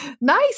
Nice